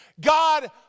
God